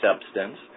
substance